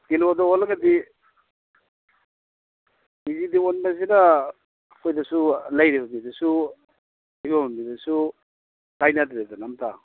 ꯀꯤꯂꯣꯗ ꯑꯣꯜꯂꯒꯗꯤ ꯀꯦꯖꯤꯗ ꯑꯣꯟꯕꯁꯤꯅ ꯑꯩꯈꯣꯏꯗꯁꯨ ꯂꯩꯔꯤꯕ ꯃꯤꯗꯁꯨ ꯑꯌꯣꯟꯕ ꯃꯤꯗꯁꯨ ꯀꯥꯏꯅꯗ꯭ꯔꯦꯗꯅ ꯑꯝꯇ